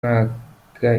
mwaka